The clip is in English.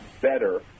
better